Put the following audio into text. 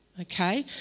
Okay